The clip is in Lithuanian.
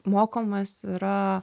mokomas yra